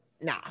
nah